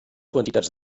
quantitats